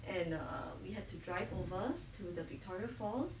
and err we had to drive over to the victoria falls